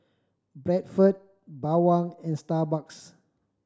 Bradford Bawang and Starbucks